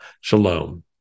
Shalom